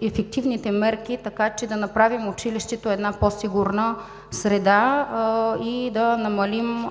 ефективните мерки, така че да направим училището една по-сигурна среда и да намалим